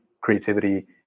creativity